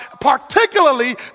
Particularly